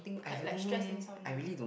like like stress insomnia